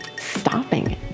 stopping